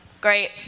great